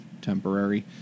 temporary